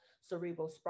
cerebral